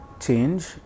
change